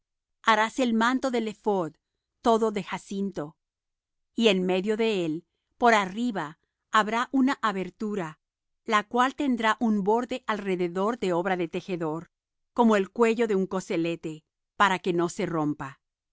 harás el manto del ephod todo de jacinto y en medio de él por arriba habrá una abertura la cual tendrá un borde alrededor de obra de tejedor como el cuello de un coselete para que no se rompa